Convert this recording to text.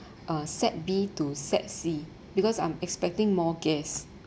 uh set B to set C because I'm expecting more guest